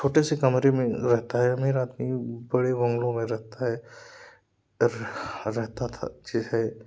छोटे से कमरे में रहता है अमीर आदमी बड़े बंगलों में रहता है रे रहता था जे है